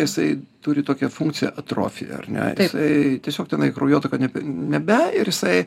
jisai turi tokią funkciją atrofija ar ne jisai tiesiog tenai kraujotaka nebe ir jisai